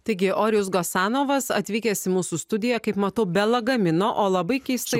taigi orijus gasanovas atvykęs į mūsų studiją kaip matau be lagamino o labai keistai